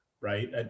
right